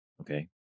okay